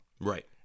right